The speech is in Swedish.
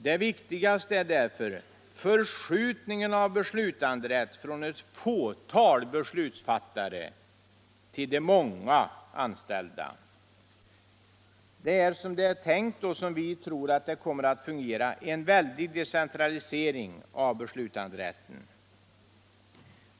Det viktigaste är därför förskjutningen av beslutanderätt från et fåtal | beslutsfattare ut till de många anställda. Det är — som det är tänkt och som vi tror att det kommer att fungera — en väldig decentralisering av beslutanderätten.